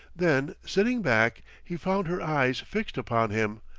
then, sitting back, he found her eyes fixed upon him,